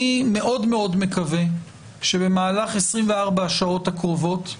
אני מאוד מאוד מקווה שבמהלך 24 השעות הקרובות,